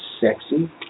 sexy